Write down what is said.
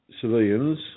civilians